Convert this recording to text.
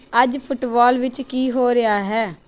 ਅੱਜ ਫੁੱਟਬਾਲ ਵਿੱਚ ਕੀ ਹੋ ਰਿਹਾ ਹੈ